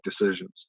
decisions